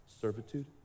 Servitude